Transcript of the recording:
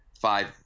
five